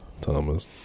Thomas